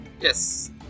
Yes